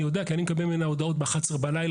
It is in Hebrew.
אני יודע כי אני מקבל ממנה הודעות ב-23:00 בלילה,